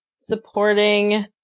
supporting